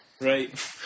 Right